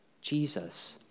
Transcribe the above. Jesus